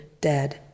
dead